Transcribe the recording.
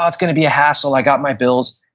it's going to be a hustle, i got my bills.